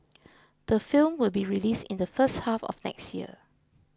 the film will be released in the first half of next year